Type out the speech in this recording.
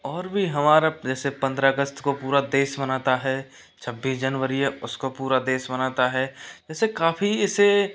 और भी हमारे जैसे पंद्रह अगस्त को पूरा देश मनाता है छब्बीस जनवरी है उसको पूरा देश मनाता है ऐसे काफ़ी ऐसे